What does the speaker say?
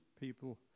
people